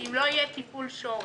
אם לא יהיה פה טיפול שורש.